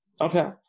okay